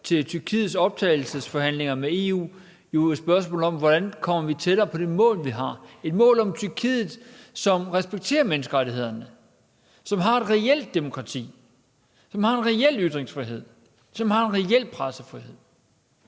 til Tyrkiets optagelsesforhandlinger med EU, jo et spørgsmål om, hvordan vi kommer tættere på det mål, vi har. Det er et mål om et Tyrkiet, som respekterer menneskerettighederne, som har et reelt demokrati, som har en reel ytringsfrihed, som har en reel pressefrihed.